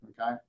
Okay